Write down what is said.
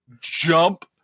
jump